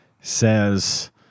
says